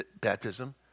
baptism